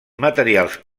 materials